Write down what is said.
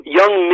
young